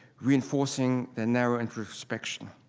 reinforcing their narrow introspection.